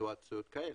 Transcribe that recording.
בסיטואציות כאלה.